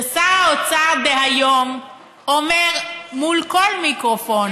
שר האוצר דהיום אומר מול כל מיקרופון: